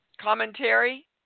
commentary